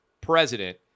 president